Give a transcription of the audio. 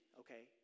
okay